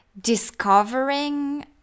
discovering